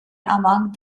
among